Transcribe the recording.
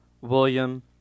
William